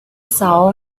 saw